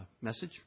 message